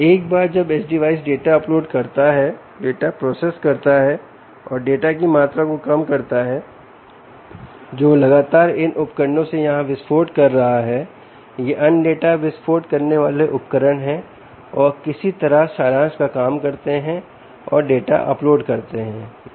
एक बार जब एज डिवाइस डाटा अपलोड करता है डाटा प्रोसेस करता है और डाटा की मात्रा को कम करता है जो लगातार इन उपकरणों से यहां विस्फोट कर रहा है ये अन्य डाटा विस्फोट करने वाले उपकरण हैं और किसी तरह किसी तरह सारांश का काम करते हैं और डाटा अपलोड करते हैं है